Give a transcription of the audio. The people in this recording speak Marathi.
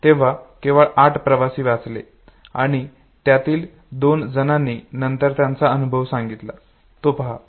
तेव्हा केवळ आठ प्रवासी वाचले आणि त्यातील दोन जणांनी नंतर त्यांचा अनुभव सांगितला तो पहा